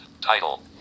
title